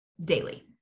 daily